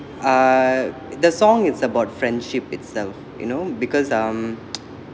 uh the song is about friendship itself you know because um